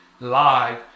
live